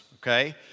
okay